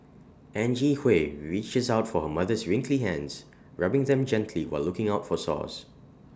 Angie Hui reaches out for her mother's wrinkly hands rubbing them gently while looking out for sores